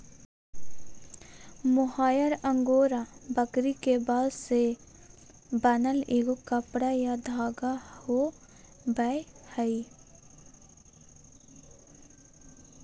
mohair angora बकरी के बाल से बनल एगो कपड़ा या धागा होबैय हइ